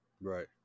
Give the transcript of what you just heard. Right